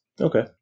okay